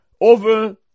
over